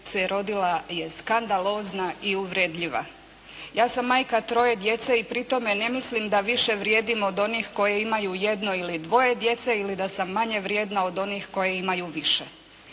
rodila je skandalozna i uvredljiva. Ja sam majka troje djece i pri tome ne mislim da više vrijedim od onih koje imaju jedno ili dvoje djece ili da sam manje vrijedna od onih koje imaju više.